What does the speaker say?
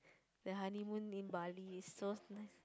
the honeymoon in Bali is so nice